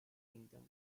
kingdom